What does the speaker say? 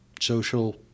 social